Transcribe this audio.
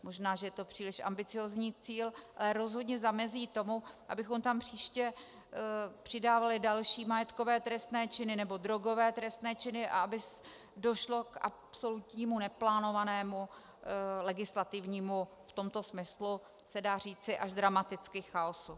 Možná že je to příliš ambiciózní cíl, ale rozhodně zamezí tomu, abychom tam příště přidávali další majetkové trestné činy nebo drogové trestné činy a aby došlo k absolutnímu neplánovanému legislativnímu, v tomto smyslu se dá říci až dramaticky, chaosu.